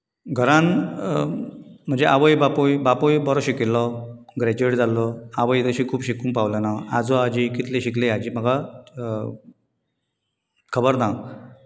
घरांत म्हजी आवय बापूय बापूय बरो शिकिल्लो ग्रॅज्युएट जाल्लो आवय तशी खूब शिकूंक पावलें ना आजो आजी कितली शिकलीं हाची म्हाका खबर ना